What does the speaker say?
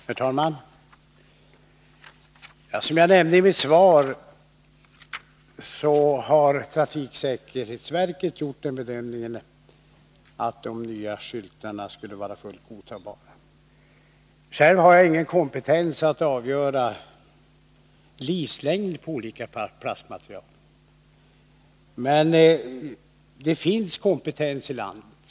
Herr talman! Som jag nämnde i mitt svar har trafiksäkerhetsverket gjort den bedömningen att de nya skyltarna är fullt godtagbara. Själv har jag inte kompetens att avgöra vilken livslängd olika plastmaterial har, men det finns sådan kompetens i landet.